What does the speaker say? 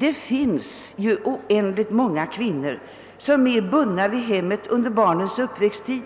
Det finns oändligt många kvinnor som är bundna vid hemmen under barnens uppväxttid,